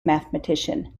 mathematician